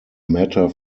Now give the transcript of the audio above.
matter